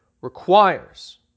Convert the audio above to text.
requires